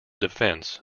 defense